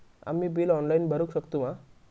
आम्ही bill online भरुक शकतू मा?